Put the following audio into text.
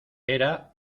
era